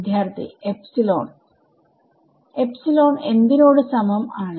വിദ്യാർത്ഥി epsilon epsilon എന്തിനോട് സമം ആണ്